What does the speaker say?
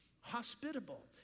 hospitable